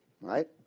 Right